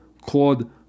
called